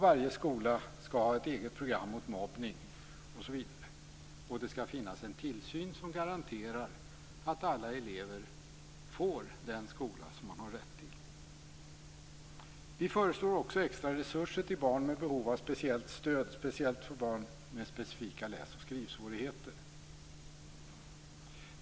Varje skola skall ha ett eget program mot mobbning osv. Det skall finnas en tillsyn som garanterar att alla elever får den skola som de har rätt till. Vi föreslår också extra resurser till barn med behov av speciellt stöd. Det gäller speciellt barn med specifika läs och skrivsvårigheter.